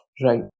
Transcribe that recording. Right